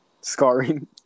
scarring